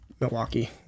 Milwaukee